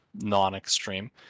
non-extreme